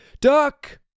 duck